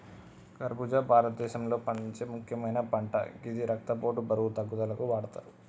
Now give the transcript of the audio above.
ఖర్బుజా భారతదేశంలో పండించే ముక్యమైన పంట గిది రక్తపోటు, బరువు తగ్గుదలకు వాడతరు